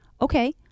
okay